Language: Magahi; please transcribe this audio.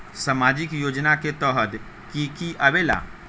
समाजिक योजना के तहद कि की आवे ला?